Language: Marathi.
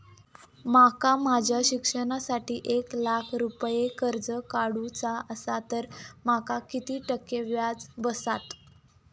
माका माझ्या शिक्षणासाठी एक लाख रुपये कर्ज काढू चा असा तर माका किती टक्के व्याज बसात?